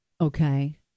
Okay